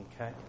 Okay